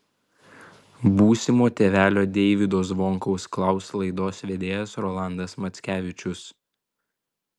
būsimo tėvelio deivydo zvonkaus klaus laidos vedėjas rolandas mackevičius